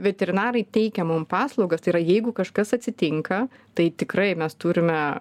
veterinarai teikia mum paslaugas tai yra jeigu kažkas atsitinka tai tikrai mes turime